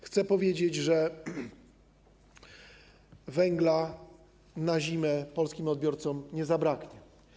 Chcę powiedzieć, że węgla na zimę polskim odbiorcom nie zabraknie.